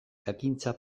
jakintza